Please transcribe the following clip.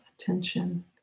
attention